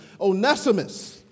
Onesimus